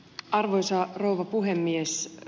arvoisa rouva puhemies